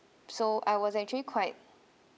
so I was actually quite